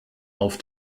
auf